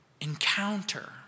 encounter